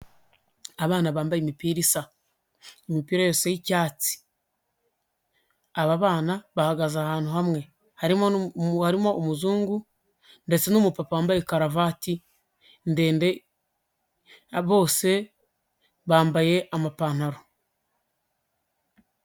Abana bambaye imipira isa, imipira yose y'icyatsi, aba bana bahagaze ahantu hamwe, harimo umuzungu ndetse n'umupapa wambaye karuvati ndende, bose bambaye amapantaro.